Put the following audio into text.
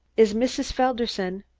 is mrs. felderson?